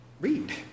read